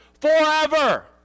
forever